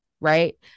Right